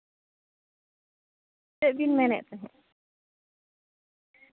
ᱪᱮᱫ ᱵᱤᱱ ᱢᱮᱱᱮᱫ ᱛᱟᱦᱮᱸᱫ